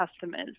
customers